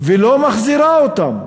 ולא מחזירה אותם.